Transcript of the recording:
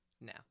Now